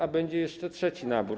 a będzie jeszcze trzeci nabór.